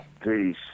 Peace